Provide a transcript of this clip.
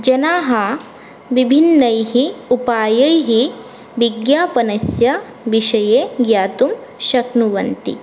जनाः विभिन्नैः उपायैः विज्ञापनस्य विषये ज्ञातुं शक्नुवन्ति